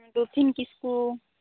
ᱫᱩᱠᱷᱤᱱ ᱠᱤᱥᱠᱩ